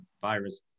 virus